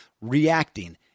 reacting